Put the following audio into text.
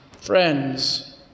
friends